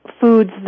foods